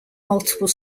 multiple